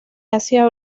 asia